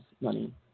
money